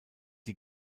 die